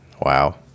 wow